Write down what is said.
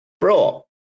bro